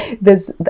theres